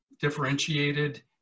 differentiated